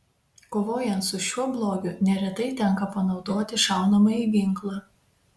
kovojant su šiuo blogiu neretai tenka panaudoti šaunamąjį ginklą